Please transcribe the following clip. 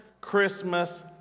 Christmas